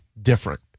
different